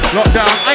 Lockdown